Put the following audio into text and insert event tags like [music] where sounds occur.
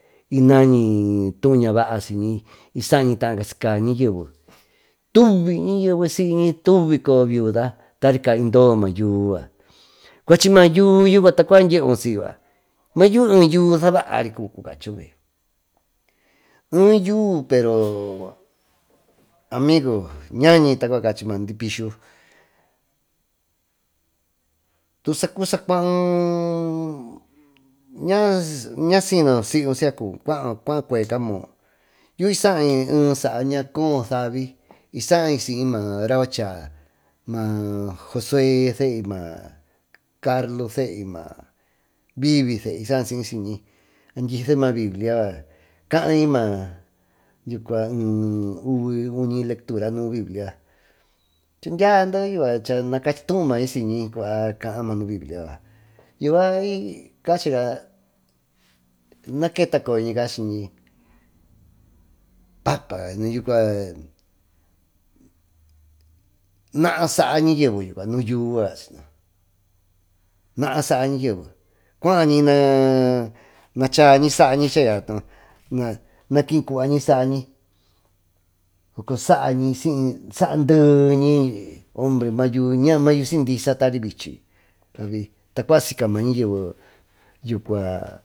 Y nañi tuu ñaa vaasiyñi y saa ñitaa y yo ñayeve tuvi ñayeve y siyyñi tuvi coyo viuda tari caha indoo maa yuú yucua cuachy mayuú yucua tacua dyeu si yucua mayuvi ee yuu savari cubi cama yucua ee yuu pero amigo ñañi tacua cachi maa dy pica [hesitation] tusa cubi saa cuau ñasi nosiyu siyca cubo curu cuaa cueca moo yuú ysai ehe saa ña ko hoca sani saa siy maara cuacha josue seny maa carlos. seyey ma bibi sendy saa siysiyñi dyise maa biblia yucua cal, ene uvi, lectura nuu biblia dyandee yucua cana cachituu may siyñi cuva caa maa nuu biblia yucua naketa coyoñi cachiñi papá yucua naá saa ñayeve nu yuú yucua naa chaañi saañi. Nakiy cuañi saañi saa dehñi mayuvi siy disa tari vichy avi tacua.